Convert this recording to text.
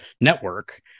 network